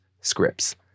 scripts